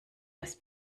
das